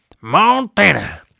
montana